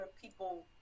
people